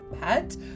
Pet